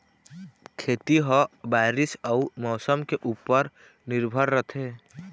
खेती ह बारीस अऊ मौसम के ऊपर निर्भर रथे